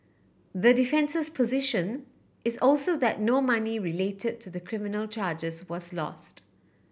the defence's position is also that no money related to the criminal charges was lost